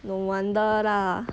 no wonder lah